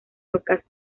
rocas